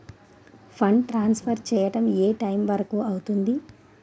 Fund transfer చేయడం ఏ time వరుకు అవుతుంది?